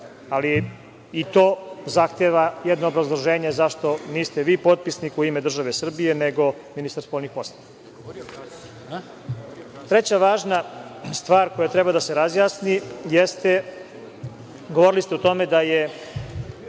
ali i to zahteva jedno obrazloženje zašto niste vi potpisnik u ime države Srbije, nego ministar spoljnih poslova. Treća važna stvar koja treba da se razjasni jeste, govorili ste o tome da je